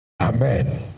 Amen